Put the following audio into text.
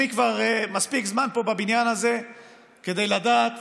אני כבר מספיק זמן פה בבניין הזה כדי לדעת